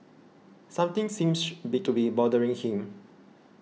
something seems be to be bothering him